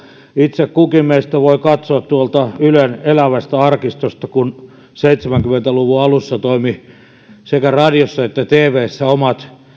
itse kukin meistä voi katsoa tuolta ylen elävästä arkistosta kun seitsemänkymmentä luvun alussa toimivat sekä radiossa että tvssä omat